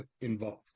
involved